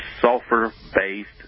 sulfur-based